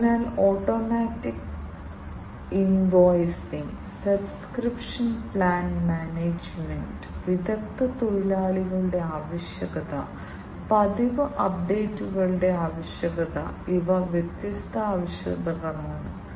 അതിനാൽ ഈ പിഎൽസികൾ ഓട്ടോമേഷൻ ആവശ്യങ്ങൾക്കായി വ്യവസായങ്ങളിൽ വ്യാപകമായി ഉപയോഗിക്കപ്പെടുന്നു കൂടാതെ ഈ പിഎൽസികൾ വ്യാവസായിക ഇന്റർനെറ്റ് ഐഐഒടി ആവശ്യകതകൾ എന്നിവ നിറവേറ്റുന്നതിന് കൂടുതൽ വിപുലീകരിക്കാം